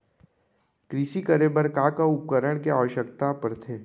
कृषि करे बर का का उपकरण के आवश्यकता परथे?